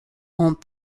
ont